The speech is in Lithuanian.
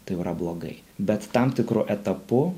tai jau yra blogai bet tam tikru etapu